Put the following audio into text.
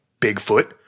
Bigfoot